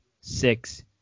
six